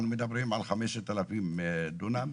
אנחנו מדברים על 5,000 דונם?